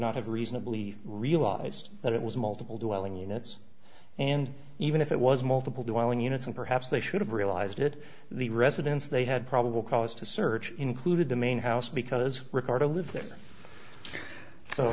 not have reasonably realized that it was multiple dwelling units and even if it was multiple dwelling units and perhaps they should have realized it the residence they had probable cause to search included the main house because ricardo lived there so